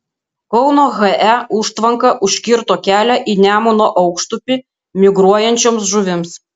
kauno he užtvanka užkirto kelią į nemuno aukštupį migruojančioms žuvims